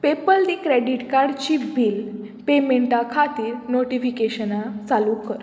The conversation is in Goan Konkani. पेपल दी क्रॅडिट कार्डची बील पेमेंटा खातीर नोटिफिकेशनां चालू कर